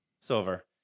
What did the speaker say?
Silver